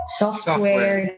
software